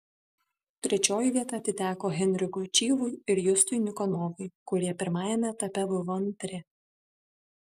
trečioji vieta atiteko henrikui čyvui ir justui nikonovui kurie pirmajame etape buvo antri